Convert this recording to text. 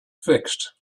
fixed